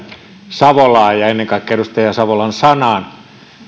savolaan ja ennen kaikkea edustaja savolan sanaan nyt